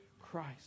Christ